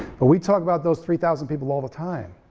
but we talk about those three thousand people all the time.